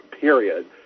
period